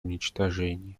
уничтожения